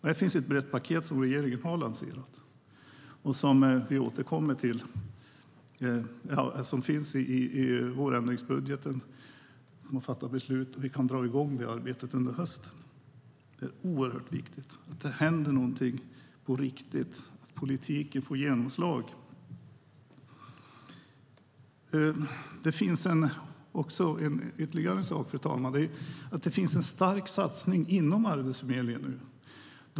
Här finns ett brett paket som regeringen har lanserat och som vi återkommer till i vårändringsbudgeten, så att vi kan fatta beslut och dra igång arbetet under hösten. Det är oerhört viktigt att det händer någonting på riktigt, att politiken får genomslag. Det finns ytterligare en sak, fru talman. Det finns en stark satsning inom Arbetsförmedlingen nu.